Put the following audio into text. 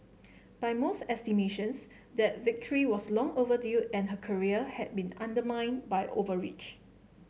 by most estimations that victory was long overdue and her career had been undermined by overreach